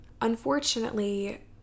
unfortunately